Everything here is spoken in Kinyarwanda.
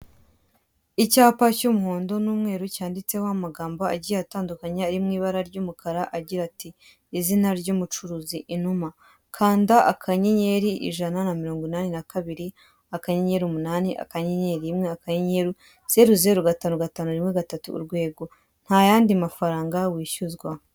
Icyapa cy'umuhondo cy'umuhondo n'umweru cyanditseho amagambo agiye atandukanye, ari mu ibara ry'umukara agira ati:'' Izina ry'umucuruzi Inuma, kanda akanyenyeri ijanana mirongo inani nakabiri, akanyenyeri umunani, akanyenyeri rimwe, akanyenyeri zeru zeru gatanu gatanu rimwe gatatu uwego, ntayandi mafaranga wishyuzwa.